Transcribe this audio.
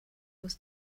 was